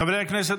חברי הכנסת,